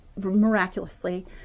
miraculously